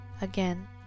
Again